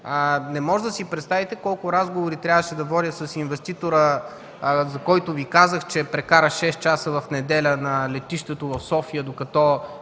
Не можете да си представите колко разговори трябваше да водя с инвеститора, за който Ви казах, че прекара 6 часа в неделя на летището в София, докато